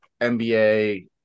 nba